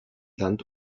land